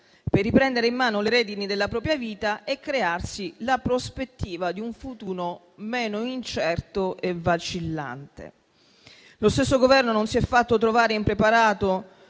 per riprendere in mano le redini della propria vita e crearsi la prospettiva di un futuro meno incerto e vacillante. Lo stesso Governo non si è fatto trovare impreparato